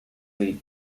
lead